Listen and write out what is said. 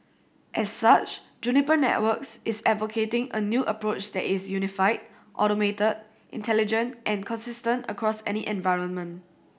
as such Juniper Networks is advocating a new approach that is unified automated intelligent and consistent across any environment